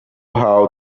how